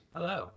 Hello